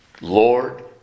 Lord